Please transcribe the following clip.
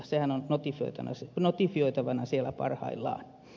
sehän on notifioitavana siellä parhaillaan